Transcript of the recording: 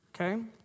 okay